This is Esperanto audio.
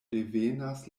devenas